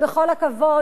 בכל הכבוד,